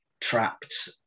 trapped